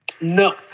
No